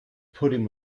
pudding